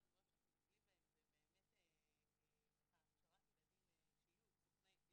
אחד הדברים שאנחנו דוגלים בהם זה הכשרת ילדים שיהיו סוכני שינוי,